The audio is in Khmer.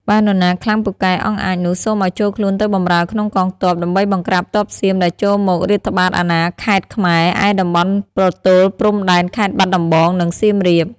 បើនរណាខ្លាំងពូកែអង់អាចនោះ សូមឲ្យចូលខ្លួនទៅបម្រើក្នុងកងទ័ព ដើម្បីបង្ក្រាបទ័ពសៀមដែលចូលមករាតត្បាតអាណាខេត្តខ្មែរ ឯតំបន់ប្រទល់ព្រំដែនខេត្តបាត់ដំបង និងសៀមរាប។